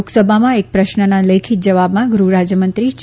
લોકસભામાં એક પ્રશ્નના લેખિત જવાબમાં ગૃહ રાજયમંત્રી જે